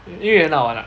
因为很好玩 ah